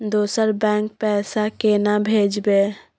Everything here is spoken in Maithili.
दोसर बैंक पैसा केना भेजबै?